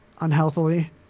unhealthily